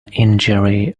injury